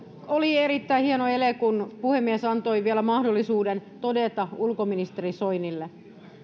oli erittäin hieno ele kun puhemies antoi vielä mahdollisuuden todeta ulkoministeri soinille